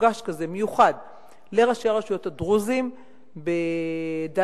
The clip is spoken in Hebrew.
מפגש מיוחד לראשי הרשויות הדרוזים בדאלית-אל-כרמל